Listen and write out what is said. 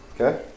Okay